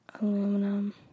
aluminum